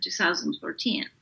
2014